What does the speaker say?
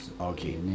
Okay